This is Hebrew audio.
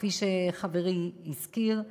כפי שחברי הזכיר,